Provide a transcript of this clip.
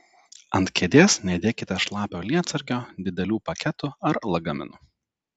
ant kėdės nedėkite šlapio lietsargio didelių paketų ar lagaminų